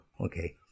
Okay